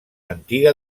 antiga